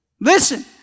Listen